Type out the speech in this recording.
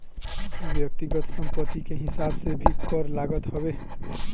व्यक्तिगत संपत्ति के हिसाब से भी कर लागत हवे